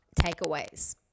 takeaways